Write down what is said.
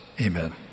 Amen